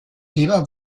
weber